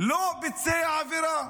לא ביצע עבירה.